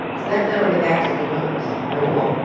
it's not done on the backs of developers at all,